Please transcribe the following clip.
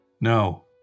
No